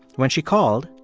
when she called,